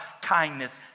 kindness